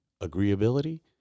Agreeability